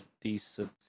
decent